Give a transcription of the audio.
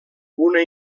una